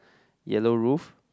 yellow roof